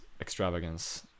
extravagance